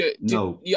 No